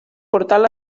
portal